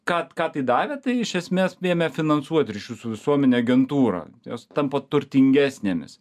ką ką tai davė tai iš esmės ėmė finansuoti ryšių su visuomene agentūrą jos tampa turtingesnėmis